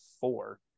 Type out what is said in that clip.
four